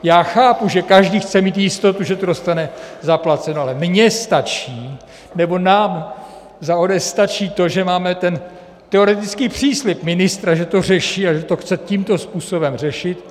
Já chápu, že každý chce mít jistotu, že to dostane zaplaceno, ale mně stačí, nebo nám za ODS stačí to, že máme ten teoretický příslib ministra, že to řeší a že to chce tímto způsobem řešit.